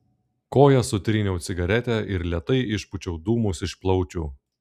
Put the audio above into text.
koja sutryniau cigaretę ir lėtai išpūčiau dūmus iš plaučių